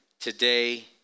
today